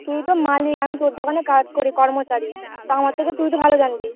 তুই তো মালিক আমি তোর দোকানে কাজ করি কর্মচারী তা আমার থেকে তুই তো ভালো জানবি